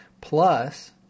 plus